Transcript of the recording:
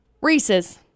Reese's